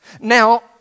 Now